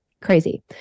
crazy